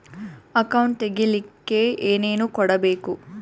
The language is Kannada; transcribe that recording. ಅಕೌಂಟ್ ತೆಗಿಲಿಕ್ಕೆ ಏನೇನು ಕೊಡಬೇಕು?